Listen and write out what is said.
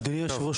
אדוני היושב ראש,